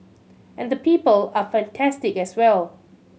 and the people are fantastic as well